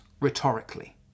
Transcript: rhetorically